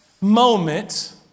moment